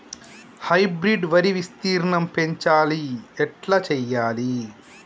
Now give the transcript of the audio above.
Hybrid వరి విస్తీర్ణం పెంచాలి ఎట్ల చెయ్యాలి?